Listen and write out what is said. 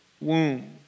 womb